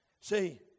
See